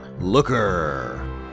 Looker